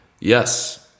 Yes